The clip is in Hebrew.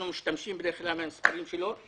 אנחנו בדרך כלל משתמשים במספרים שלו,